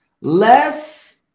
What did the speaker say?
less